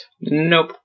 Nope